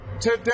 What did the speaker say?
Today